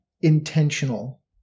intentional